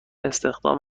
استخدام